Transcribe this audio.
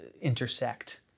intersect